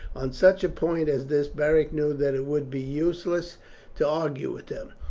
on such a point as this beric knew that it would be useless to argue with them.